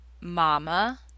mama